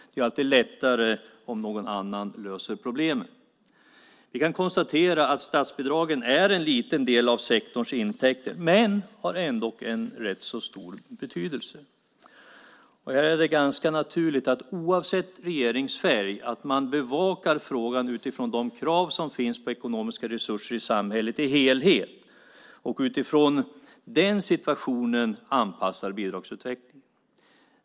Det är ju alltid lättare om någon annan löser problemen. Vi kan konstatera att statsbidragen är en liten del av sektorns intäkter, men de har ändå en rätt stor betydelse. Det är ganska naturligt att man oavsett regeringsfärg bevakar frågan utifrån de krav som finns på ekonomiska resurser i samhället som helhet och utifrån den situationen anpassar bidragsutvecklingen.